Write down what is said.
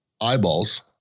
eyeballs